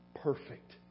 perfect